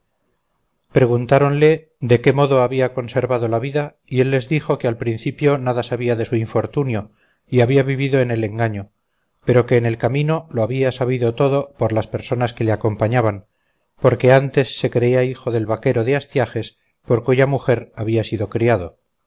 nacer preguntáronle de qué modo había conservado la vida y él les dijo que al principio nada sabía de su infortunio y había vivido en el engaño pero que en el camino lo había sabido todo por las personas que le acompañaban porque antes se creía hijo del vaquero de astiages por cuya mujer había sido criado